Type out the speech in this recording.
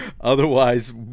Otherwise